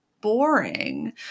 boring